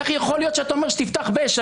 איך יכול להיות שאתה אומר שתפתח באש?